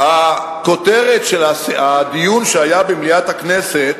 הכותרת של הדיון שהיה במליאת הכנסת,